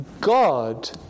God